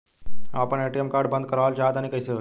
हम आपन ATM card बंद करावल चाह तनि कइसे होई?